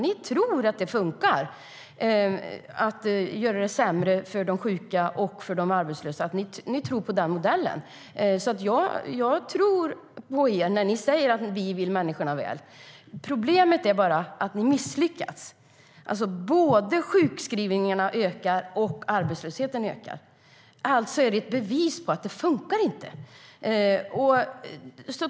Ni tror att det fungerar att göra det sämre för sjuka och arbetslösa. Ni tror på den modellen. Jag tror er när ni säger att ni vill människorna väl. Problemet är bara att ni har misslyckats. Både sjukskrivningarna och antalet arbetslösa ökar. Alltså är det ett bevis på att er modell inte fungerar.